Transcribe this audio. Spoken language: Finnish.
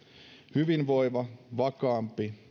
hyvinvoiva vakaampi